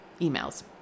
emails